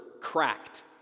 cracked